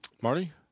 Marty